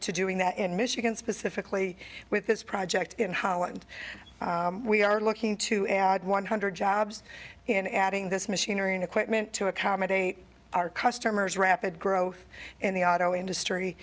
to doing that in michigan specifically with this project in holland we are looking to add one hundred jobs in adding this machinery and equipment to accommodate our customers rapid growth in the auto industry